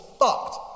fucked